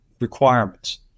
requirements